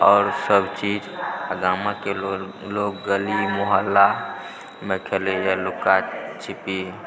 आओर सब चीज गामक लोग गली मोहल्लामे खेलैए लुका छिपी